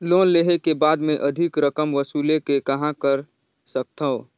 Loan लेहे के बाद मे अधिक रकम वसूले के कहां कर सकथव?